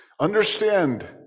Understand